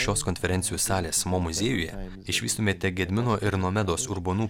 šios konferencijų salės mo muziejuje išvystumėte gedimino ir nomedos urbonų